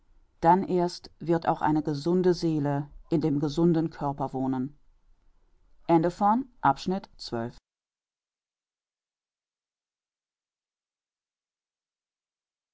dann erst wird auch eine gesunde seele in dem gesunden körper wohnen